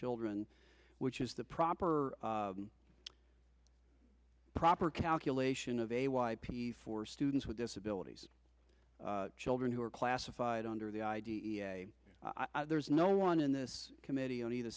children which is the proper proper calculation of a y p for students with disabilities children who are classified under the i d e a there's no one in this committee on either